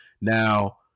Now